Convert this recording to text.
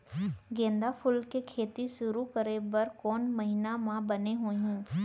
गेंदा फूल के खेती शुरू करे बर कौन महीना मा बने होही?